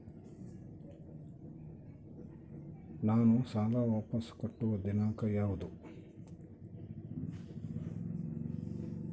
ನಾನು ಸಾಲ ವಾಪಸ್ ಕಟ್ಟುವ ದಿನಾಂಕ ಯಾವುದು?